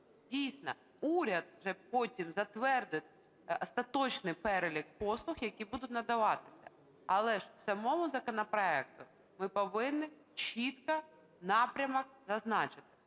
Дійсно, уряд вже потім затвердить остаточний перелік послуг, які будуть надаватися. Але ж в самому законопроекті ми повинні чітко напрямок зазначити.